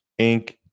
Inc